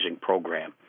program